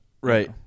Right